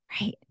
Right